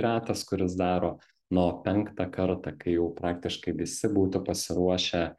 retas kuris daro na o penktą kartą kai jau praktiškai visi būtų pasiruošę